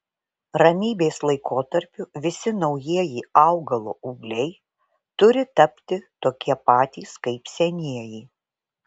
ramybės laikotarpiu visi naujieji augalo ūgliai turi tapti tokie patys kaip senieji